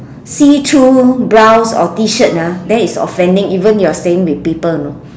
see through blouse or t shirt ah then it's offending even if you're staying with people you know